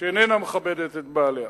שאיננה מכבדת את בעליה.